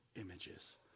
images